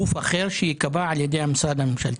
ידי גוף אחר שייקבע על ידי המשרד הממשלתי.